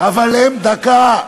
אבל הם, דקה.